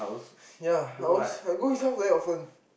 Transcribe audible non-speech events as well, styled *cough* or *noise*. *breath* ya I always I go his house very often